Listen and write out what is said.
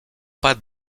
pas